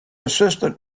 assistant